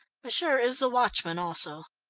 m'sieur is the watchman, also.